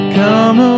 come